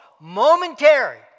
momentary